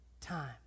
time